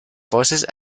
force